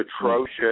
atrocious